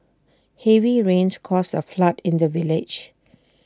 heavy rains caused A flood in the village